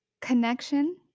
connection